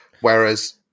Whereas